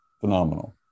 Phenomenal